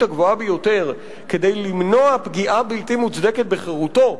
הגבוהה ביותר כדי למנוע פגיעה בלתי מוצדקת בחירותו,